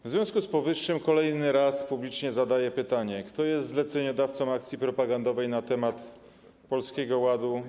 W związku z powyższym kolejny raz publicznie pytam: Kto jest zleceniodawcą akcji propagandowej na temat Polskiego Ładu?